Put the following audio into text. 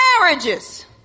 marriages